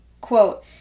quote